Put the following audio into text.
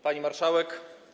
Pani Marszałek!